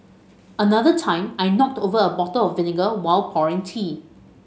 another time I knocked over a bottle of vinegar while pouring tea